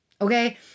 Okay